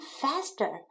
faster